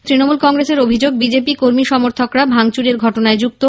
তৃণমূল কংগ্রেসের অভিযোগ বিজেপি কর্মী সমর্থকরা ভাঙচুরের ঘটনায় যুক্ত